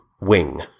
wing